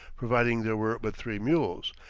providing there were but three mules,